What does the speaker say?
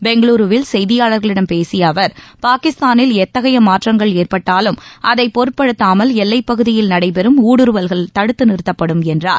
பெங்களூருவில் செய்தியாளர்களிடம் பேசிய அவர் பாகிஸ்தானில் எத்தகைய மாற்றங்கள் ஏற்பட்டாலும் அதை பொருட்படுத்தாமல் எல்லைப் பகுதியில் நடைபெறும் ஊடுருவல்கள் தடுத்து நிறுத்தப்படும் என்றார்